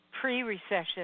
pre-recession